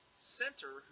center